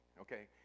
okay